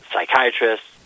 psychiatrists